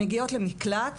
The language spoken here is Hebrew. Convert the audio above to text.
מגיעות למקלט,